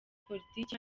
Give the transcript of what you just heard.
politiki